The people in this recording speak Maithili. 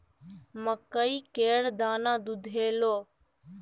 मकइ केर दाना दुधेलौ?